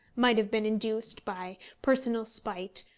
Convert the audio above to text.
might have been induced, by personal spite,